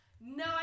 no